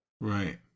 right